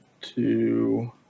two